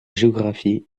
géographie